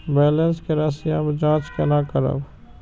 Balance के राशि हम जाँच केना करब?